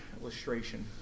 illustration